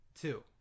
two